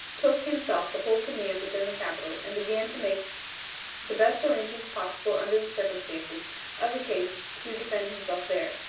took, himself, the whole command within the capital, and began to make the best arrangements possible under the circumstances of the case to defend himself there.